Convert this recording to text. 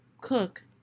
cook